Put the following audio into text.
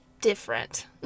different